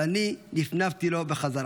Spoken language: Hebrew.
ואני נפנפתי לו בחזרה.